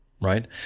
right